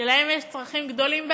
שלהם יש צרכים גדולים בהרבה?